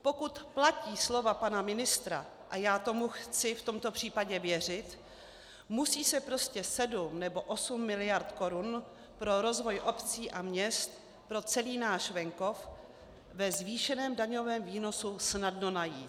Pokud platí slova pana ministra, a já tomu chci v tomto případě věřit, musí se prostě sedm nebo osm miliard korun pro rozvoj obcí a měst, pro celý náš venkov ve zvýšeném daňovém výnosu snadno najít.